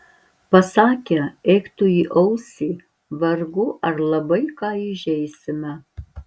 pasakę eik tu į ausį vargu ar labai ką įžeisime